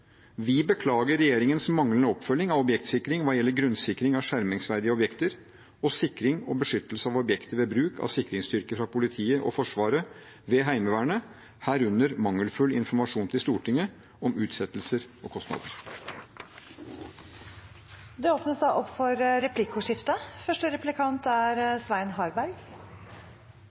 Vi beklager regjeringens manglende oppfølging av objektsikring hva gjelder grunnsikring av skjermingsverdige objekter og sikring og beskyttelse av objekter ved bruk av sikringsstyrker fra politiet og Forsvaret ved Heimevernet, herunder mangelfull informasjon til Stortinget om utsettelser og kostnader. Det blir replikkordskifte. Jeg hadde ikke tenkt å ta replikk, men jeg fikk en så klar invitasjon. For det første